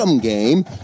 game